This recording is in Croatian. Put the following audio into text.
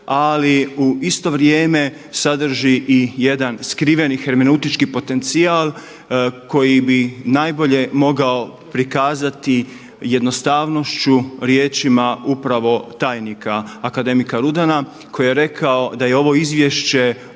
ali u isto vrijeme sadrži jedan skriveni hermeneutički potencijal koji bi najbolje mogao prikazati jednostavnošću riječima upravo tajnika akademika Rudana koji je rekao da je ovo izvješće